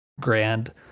grand